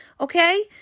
okay